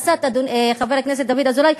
חבר הכנסת דוד אזולאי,